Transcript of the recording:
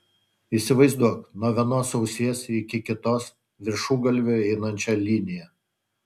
įsivaizduok nuo vienos ausies iki kitos viršugalviu einančią liniją